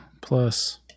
plus